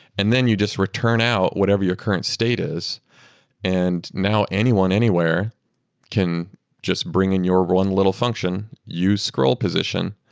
and then you just return out whatever your current state is. and now anyone, anywhere can just bring in your one little function, use scroll position.